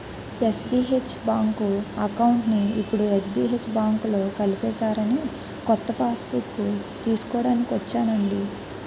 SBH bank అకౌంట్ని ఇప్పుడు SBI బాంకులో కలిపేసారని కొత్త పాస్బుక్కు తీస్కోడానికి ఒచ్చానండి